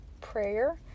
Prayer